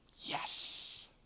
Yes